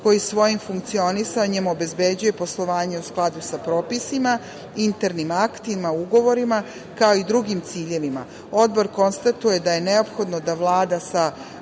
koji svojim funkcionisanjem obezbeđuje poslovanje u skladu sa propisima, internim aktima, ugovorima, kao i drugim ciljevima. Odbor konstatuje da je neophodno da Vlada sa